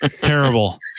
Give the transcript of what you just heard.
Terrible